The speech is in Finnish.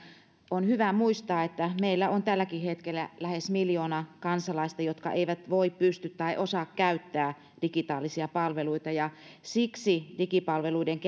on hyvä muistaa että meillä on tälläkin hetkellä lähes miljoona kansalaista jotka eivät voi pysty tai osaa käyttää digitaalisia palveluita ja siksi digipalveluiden